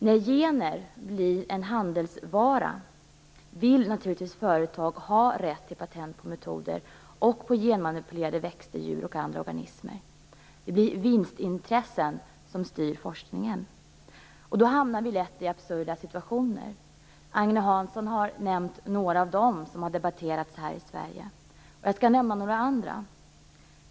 När gener blir en handelsvara vill naturligtvis företag ha rätt till patent på metoder och på genmanipulerade växter, djur och andra organismer. Det blir vinstintressen som styr forskningen. Då hamnar vi lätt i absurda situationer. Agne Hansson har nämnt några av dem som har debatterats här i Sverige, och jag skall nämna några andra.